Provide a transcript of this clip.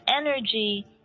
energy